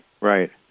Right